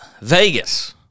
Vegas